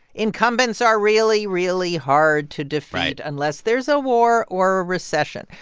incumbents are really, really hard to defeat. right. unless there's a war or a recession.